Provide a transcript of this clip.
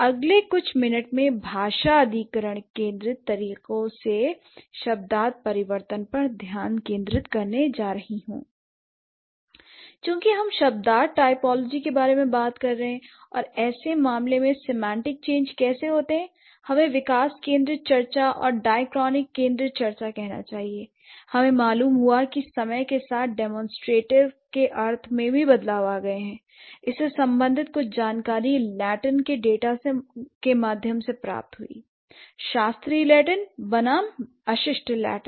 अगले कुछ मिनट में भाषा अधिग्रहण केन्द्रित तरीके से शब्दार्थ परिवर्तन पर ध्यान केंद्रित करने जा रही हूं l चूंकि हम शब्दार्थ टाइपोलॉजी के बारे में बात कर रहे हैं और ऐसे मामले में सेमांटिक चेंज कैसे होते हैं l हमें विकास केंद्रित चर्चा और डाईक्रॉनिक केंद्रित चर्चा कहना चाहिएI हमें मालूम हुआ कि समय के साथ डेमोंस्ट्रेटिव के अर्थ में बदलाव आ गए हैं इससे संबंधित कुछ जानकारी लैटिन के डेटा के माध्यम से प्राप्त हुई शास्त्रीय लैटिन बनाम अशिष्ट लैटिन